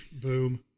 Boom